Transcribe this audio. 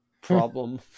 problem